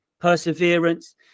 perseverance